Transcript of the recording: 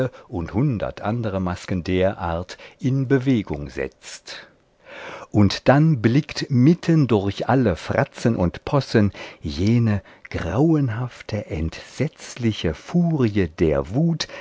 und hundert andere masken der art in bewegung setzt und dann blickt mitten durch alle fratzen und possen jene grauenhafte entsetzliche furie der wut